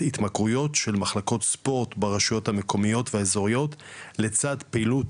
התמכרויות של מחלקות ספורט ברשויות המקומיות והאזוריות לצד פעילות